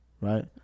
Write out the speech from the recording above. right